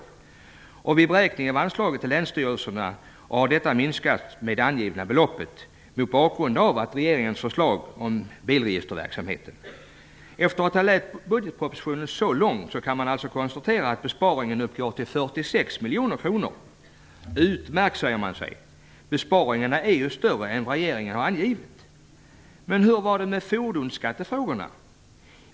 Vid beräkningen av anslaget till Länsstyrelserna har detta minskats med det angivna beloppet mot bakgrund av regeringens förslag om bilregisterverksamheten. Efter att ha läst budgetpropositionen så långt, kan man alltså konstatera att besparingen uppgår till 46 miljoner kronor -. Utmärkt, säger man sig, besparingen är ju större än vad regeringen angivit. Men hur var det med fordonsskattefrågorna?